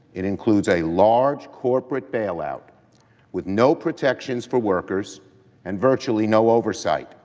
it includes a large corporate bailout with no protections for workers and virtually no oversight.